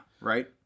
right